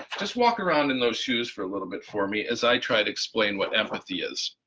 just walk around in those shoes for a little bit for me as i try to explain what empathy is.